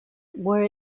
where